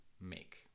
make